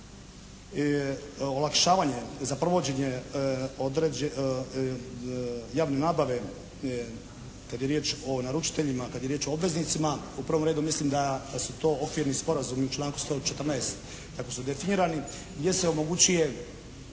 olakšavanje za provođenje javne nabave kad je riječ o naručiteljima, kad je riječ o obveznicima. U prvom redu mislim da su to okvirni sporazumi u članku 114. kako su definirani gdje se omogućuje